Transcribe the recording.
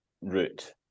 route